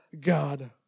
God